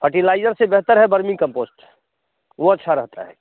fertiliser से बेहतर है वर्मी कम्पोस्ट वो अच्छा रहता है